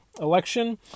election